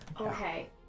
Okay